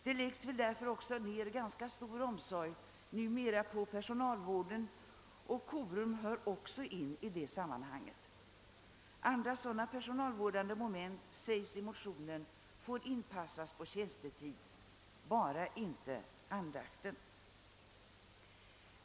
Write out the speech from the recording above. Det läggs väl därför ned ganska stor omsorg numera på personalvården, och korum hör också in i det sammanhanget. Andra sådana personalvårdande moment, sägs i mo tionen, får inpassas på tjänstetid — bara inte andakten.